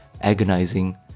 agonizing